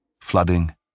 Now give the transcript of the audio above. flooding